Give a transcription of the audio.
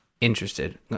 interested